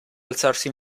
alzarsi